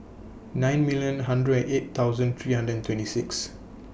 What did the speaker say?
nine million hundred and eight thousand three hundred and twenty six